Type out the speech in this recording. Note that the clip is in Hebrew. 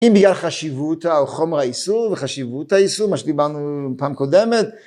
אם בגלל חשיבות החומר האיסור וחשיבות האיסור, מה שדיברנו פעם קודמת.